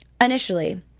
initially